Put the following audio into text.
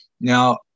Now